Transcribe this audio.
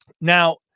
Now